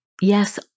yes